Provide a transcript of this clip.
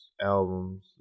albums